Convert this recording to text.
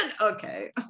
okay